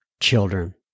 children